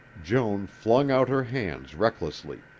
joan flung out her hands recklessly.